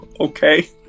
Okay